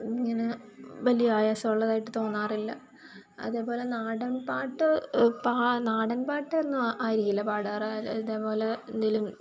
ഇങ്ങനെ വലിയ ആയാസമുള്ളതായിട്ട് തോന്നാറില്ല അതേപോലെ നാടൻപാട്ട് പാ നാടൻപാട്ടൊന്നും ആയിരിക്കില്ല പാടാറ് ഇതേപോലെ എന്തെങ്കിലും